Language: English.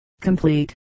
complete